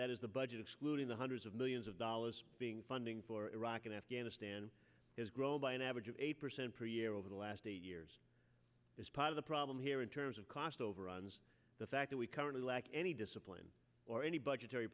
that is the budget excluding the hundreds of millions of dollars being funding for iraq and afghanistan has grown by an average of eight percent per year over the last eight years as part of the problem here in terms of cost overruns the fact that we currently lack any discipline or any budgetary